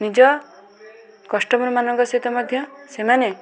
ନିଜ କଷ୍ଟମର୍ ମାନଙ୍କ ସହିତ ମଧ୍ୟ ସେମାନେ